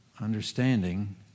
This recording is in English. understanding